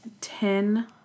ten